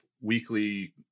weekly